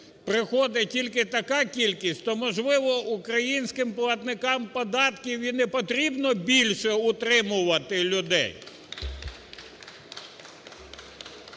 приходить тільки така кількість, то, можливо, українським платникам податків і не потрібно більше утримувати людей.